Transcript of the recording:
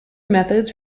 methods